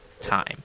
time